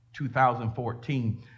2014